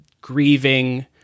grieving